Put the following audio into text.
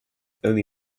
only